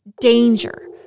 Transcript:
danger